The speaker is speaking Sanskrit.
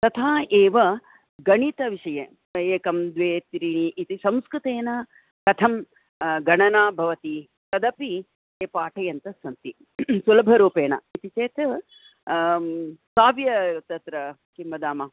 तथा एव गणितविषये एकं द्वे त्रीणि इति संस्कृतेन कथं गणना भवति तदपि ते पाठयन्तस्सन्ति सुलभरूपेण इति चेत् स्वयं तत्र किं वदामः